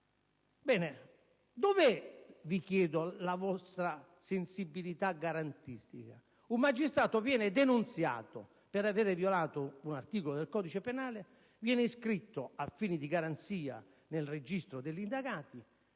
sapere dov'è la vostra sensibilità garantistica: un magistrato viene denunciato per avere violato un articolo del codice penale, viene iscritto a fini di garanzia nel registro degli indagati